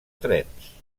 trens